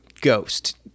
ghost